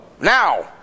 now